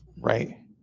Right